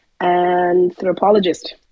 anthropologist